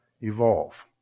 evolve